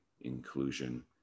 inclusion